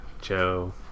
Joe